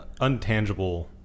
untangible